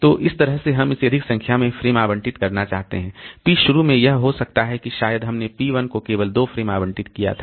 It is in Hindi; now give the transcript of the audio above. तो इस तरह से हम इसे अधिक संख्या में फ्रेम आवंटित करना चाहते हैं P शुरू में यह हो सकता है कि शायद हमने P 1 को केवल 2 फ्रेम आवंटित किया था